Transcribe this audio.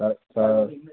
sir sir